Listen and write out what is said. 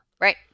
Right